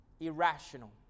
Irrational